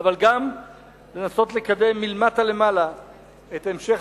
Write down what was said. אבל גם לנסות לקדם מלמטה למעלה את המשך